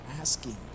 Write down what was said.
asking